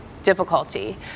Difficulty